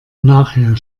nachher